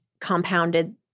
compounded